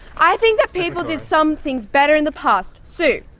i think that people did some things better in the past. sue,